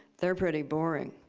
they're pretty boring.